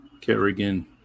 Kerrigan